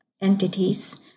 entities